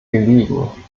gelegen